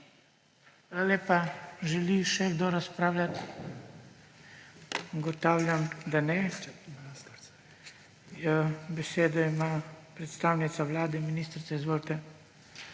lepa. Želi še kdo razpravljati? Ugotavljam, da ne. Besedo ima predstavnica Vlade. Ministrica, izvolite.